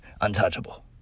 untouchable